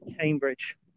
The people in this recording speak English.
Cambridge